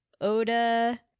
Oda